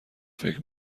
فکر